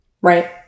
Right